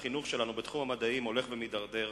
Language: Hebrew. החינוך שלנו בתחום המדעים הולך ומידרדר,